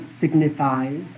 signifies